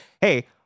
hey